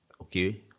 Okay